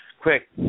Quick